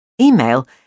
Email